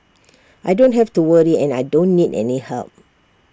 I don't have to worry and I don't need any help